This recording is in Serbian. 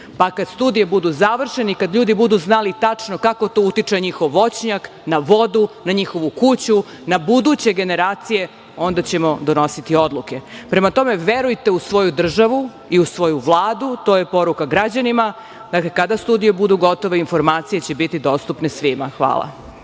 pa kad studije budu završene i kad ljudi budu znali tačno kako to utiče na njihov voćnjak, na vodu, na njihovu kuću, na buduće generacije, onda ćemo donositi odluke. Prema tome, verujete u svoju državu i u svoju Vladu, to je poruka građanima. Dakle, kada studije budu gotove informacije će biti dostupne svima. Hvala.